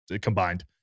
combined